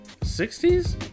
60s